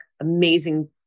Amazing